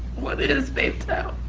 what is faithtown?